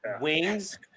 wings